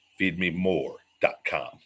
Feedmemore.com